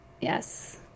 Yes